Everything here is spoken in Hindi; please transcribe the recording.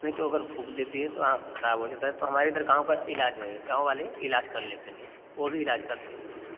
नहीं तो अगर फूंक देती है तो आँख खराब हो जाता है तो हमारे इधर गाँव का इलाज है गाँव वाले इलाज कल लेते हैं वो भी इलाज करते हैं